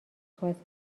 خواست